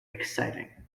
exciting